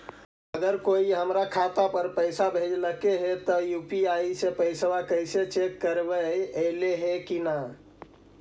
अगर कोइ हमर खाता पर पैसा भेजलके हे त यु.पी.आई से पैसबा कैसे चेक करबइ ऐले हे कि न?